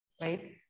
Right